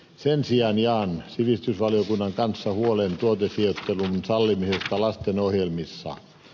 sen sijaan jaan sivistysvaliokunnan kanssa huolen tuotesijoittelun sallimisesta lastenohjelmissa